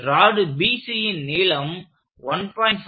rod BCன் நீளம் 1